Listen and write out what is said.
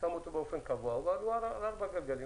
שם אותו באופן קבוע ומחבר אותו